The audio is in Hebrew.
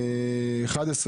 סעיף 11,